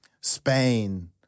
Spain